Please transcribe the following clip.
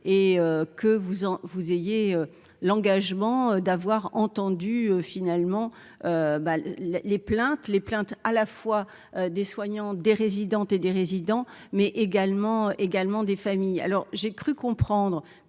en vous ayez l'engagement d'avoir entendu finalement ben là, les plaintes, les plaintes à la fois des soignants, des résidentes et des résidents mais également également des familles, alors j'ai cru comprendre